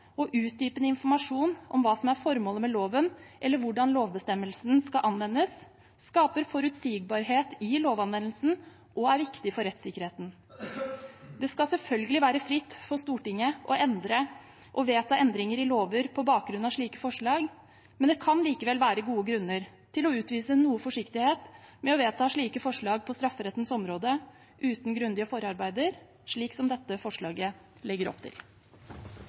og utdypende informasjon om hva som er formålet med loven eller hvordan lovbestemmelsen skal anvendes, skaper forutsigbarhet i lovanvendelsen og er viktig for rettssikkerheten. Det skal selvfølgelig være fritt for Stortinget å vedta endringer i lover på bakgrunn av slike forslag, men det kan likevel være gode grunner til å utvise noe forsiktighet med å vedta slike forslag på strafferettens område uten grundige forarbeider, slik dette forslaget legger opp til.